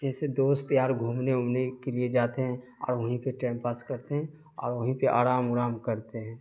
جیسے دوست یار گھومنے وومنے کے لیے جاتے ہیں اور وہیں پہ ٹیم پاس کرتے ہیں اور وہیں پہ آرام ورام کرتے ہیں